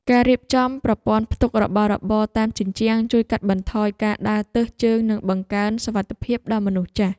ការរៀបចំប្រព័ន្ធផ្ទុករបស់របរតាមជញ្ជាំងជួយកាត់បន្ថយការដើរទើសជើងនិងបង្កើនសុវត្ថិភាពដល់មនុស្សចាស់។